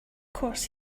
course